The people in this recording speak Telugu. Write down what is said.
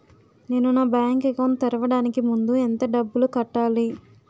నేను నా బ్యాంక్ అకౌంట్ తెరవడానికి ముందు ఎంత డబ్బులు కట్టాలి?